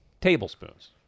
tablespoons